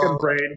brain